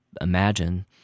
imagine